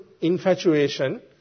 infatuation